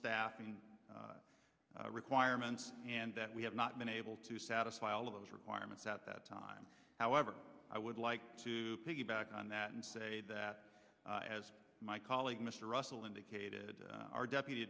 staffing requirements and that we have not been able to satisfy all of those requirements at that time however i would like to piggyback on that and say that as my colleague mr russell indicated our deputy